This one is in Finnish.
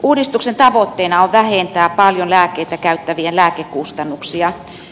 uudistuksen tavoitteena on vähentää paljon lääkkeitä käyttävien lääkekustannuksia